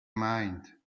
mind